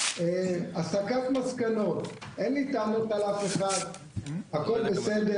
הסקת מסקנות אין לי טענות לאף אחד, הכול בסדר